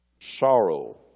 sorrow